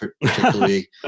Particularly